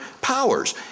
powers